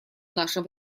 нашем